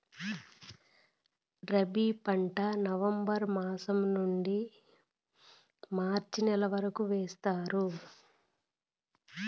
రబీ పంట నవంబర్ మాసం నుండీ మార్చి నెల వరకు వేస్తారు